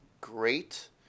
great